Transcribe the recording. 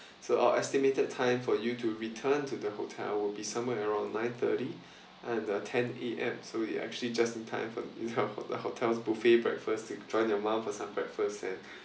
so our estimated time for you to return to the hotel will be somewhere around nine thirty and uh ten A_M so you actually just in time for ho~ hotel's buffet breakfast to join your mum for some breakfast and